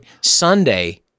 Sunday